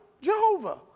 Jehovah